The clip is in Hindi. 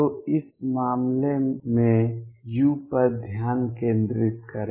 तो इस मामले में u पर ध्यान केंद्रित करे